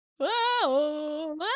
whoa